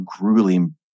grueling